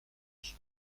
qui